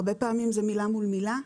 הרבה פעמים זה מילה מול מילה,